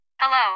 Hello